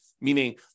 meaning